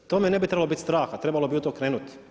A to me ne bi trebalo bit strah, trebalo bi u to krenut.